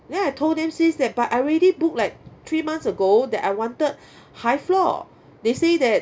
then I told them says that but I already booked like three months ago that I wanted high floor they say that